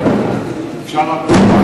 אפשר רק משפט?